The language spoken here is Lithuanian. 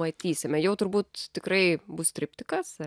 matysim jau turbūt tikrai bus triptikas ar